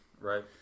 Right